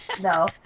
no